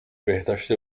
بهداشت